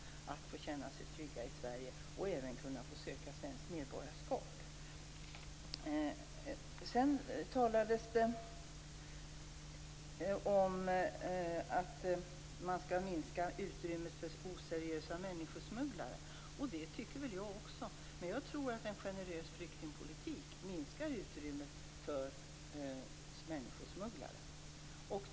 De kan känna sig trygga i Sverige och även söka svenskt medborgarskap. Det talades om att man skall minska utrymmet för oseriösa människosmugglare. Det tycker jag också. Men jag tror att en generös flyktingpolitik minskar utrymmet för människosmugglare.